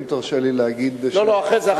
אם תרשה לי להגיד, לא, אחרי זה.